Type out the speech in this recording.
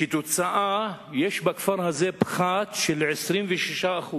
כתוצאה מזה, יש בכפר הזה פחת של 26%: